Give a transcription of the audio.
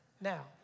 Now